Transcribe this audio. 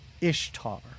Ishtar